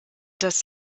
das